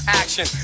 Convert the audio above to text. action